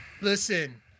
Listen